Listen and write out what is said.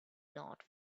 not